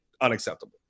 unacceptable